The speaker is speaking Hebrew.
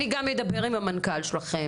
אני גם אדבר על המנכ"ל שלכם,